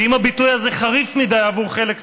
ואם הביטוי הזה חריף מדי עבור חלק מהאנשים,